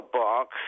box